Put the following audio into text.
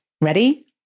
Ready